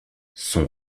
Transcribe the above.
son